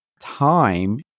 time